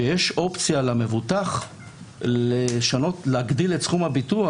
שיש אופציה למבוטח להגדיל את סכום הביטוח,